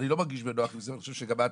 אני לא מרגיש בנוח עם זה, ואני חושב שגם את.